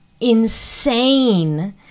Insane